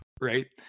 right